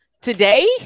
today